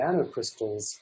nanocrystals